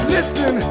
Listen